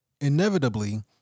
Inevitably